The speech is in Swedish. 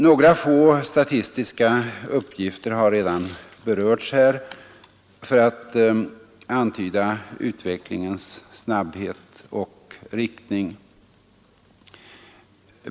Några få statistiska uppgifter har här redan berörts för att antyda utvecklingens snabbhet och riktning.